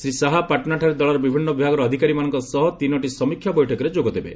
ଶ୍ରୀ ଶାହା ପାଟ୍ନାଠାରେ ଦଳର ବିଭିନ୍ନ ବିଭାଗର ଅଧିକାରୀମାନଙ୍କ ସହ ତିନିଟି ସମୀକ୍ଷା ବୈଠକରେ ଯୋଗଦେବେ